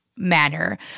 manner